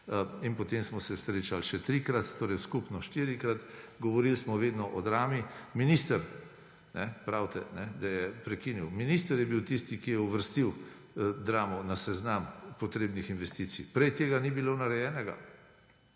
in potem smo se srečali še trikrat, torej skupno štirikrat. Govorili smo vedno o Drami. Minister, pravite, da je prekinil. Minister je bil tisti, ki je uvrstil Dramo na seznam potrebnih investicij! Prej tega ni bilo narejenega.